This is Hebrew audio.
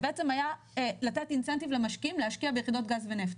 זה בעצם היה לתת אינסנטיב למשקיעים להשקיע ביחידות גז ונפט.